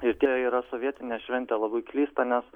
ir tie yra sovietinė šventė labai klysta nes